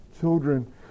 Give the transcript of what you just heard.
children